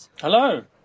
Hello